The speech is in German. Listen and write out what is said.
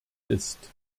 ist